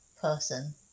person